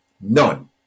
none